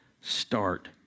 start